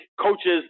coaches